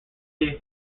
they